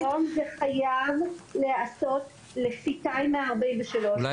כיום זה חייב להיעשות לפי 2.143. אולי